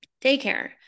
daycare